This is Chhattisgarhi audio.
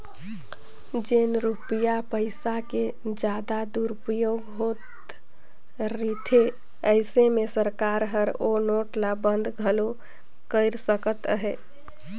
जेन रूपिया पइसा के जादा दुरूपयोग होत रिथे अइसे में सरकार हर ओ नोट ल बंद घलो कइर सकत अहे